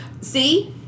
See